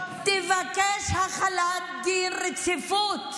תבקש החלת דין רציפות.